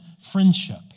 friendship